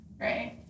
right